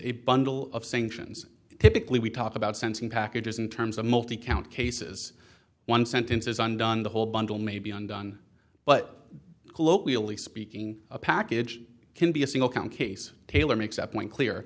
a bundle of sanctions typically we talk about sensing packagers in terms of multi count cases one sentence is undone the whole bundle may be undone but colloquially speaking a package can be a single count case taylor makes up one clear